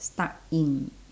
stuck in